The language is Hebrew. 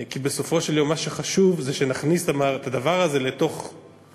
כי בסופו של יום מה שחשוב זה שנכניס את הדבר הזה לתוך המסילה,